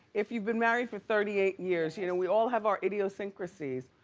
if you've been married for thirty eight years. you know we all have our idiosyncrasies.